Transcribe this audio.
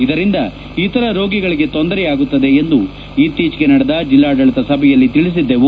ಇದರಿಂದ ಇತರ ರೋಗಿಗಳಿಗೆ ತೊಂದರೆಯಾಗುತ್ತದೆ ಎಂದು ಇತ್ತೀಚಿಗೆ ನಡೆದ ಜಿಲ್ಲಾಡಳಿತ ಸಭೆಯಲ್ಲಿ ತಿಳಿಸಿದ್ದವು